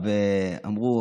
צופים ומסתכלים.